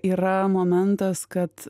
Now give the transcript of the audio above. yra momentas kad